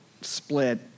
split